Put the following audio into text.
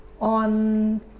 On